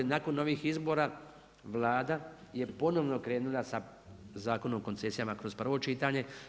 Nakon novih izbora Vlada je ponovno krenula sa Zakonom o koncesijama kroz prvo čitanje.